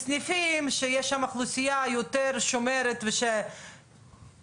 בסניפים שיש שם אוכלוסייה יותר שומרת ושרמת